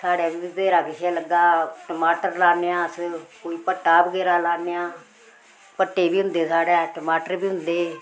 साढ़ै बी बथ्हेरा किश ऐ लग्गा टमाटर लान्ने आं अस कोई भट्ठा बगैरा लाने आं भट्ठे बी होंदे साढ़ै टमाटर बी होंदे